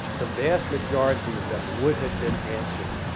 the vast majority of them would have been answered